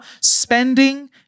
spending